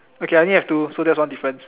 okay I only have two so that's one difference